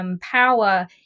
power